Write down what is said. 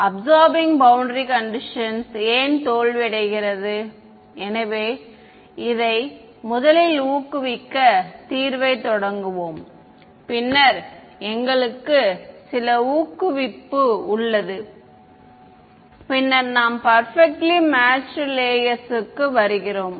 absorbing boundary conditions ஏன் தோல்வியடைகிறது எனவே இதை முதலில் ஊக்குவிக்க தீர்வு யை தொடங்குவோம் பின்னர் எங்களுக்கு சில ஊக்குவிக்க உள்ளது பின்னர் நாம் பர்பிக்ட்ல்லி மேட்ச்டு லேயேர்ஸ்க்கு வருகிறோம்